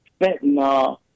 fentanyl